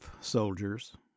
soldiers